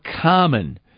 common